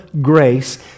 grace